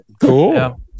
Cool